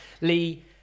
Lee